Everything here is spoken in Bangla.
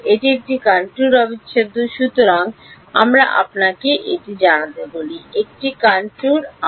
এটি একটি কনট্যুর অবিচ্ছেদ্য আসুন আমরা আপনাকে এটি জানাতে বলি একটি কনট্যুর আর